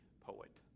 poet